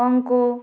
অঙ্ক